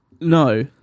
No